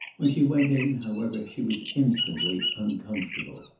when she went in, however, she was instantly uncomfortable.